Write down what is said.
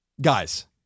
guys